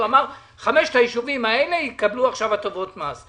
הוא אמר: חמשת היישובים האלה יקבלו עכשיו הטבות מס.